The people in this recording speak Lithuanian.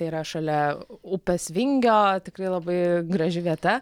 yra šalia upės vingio tikrai labai graži vieta